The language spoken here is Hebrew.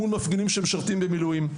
מול מפגנים שמשרתים במילואים,